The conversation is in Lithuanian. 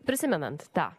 prisimenant tą